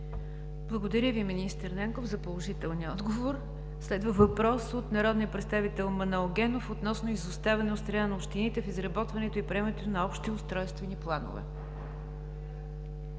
Благодаря Ви, министър Нанков, за положителния отговор. Следва въпрос от народния представител Манол Генов относно изоставането на общините в изработването и приемането на общи устройствени планове.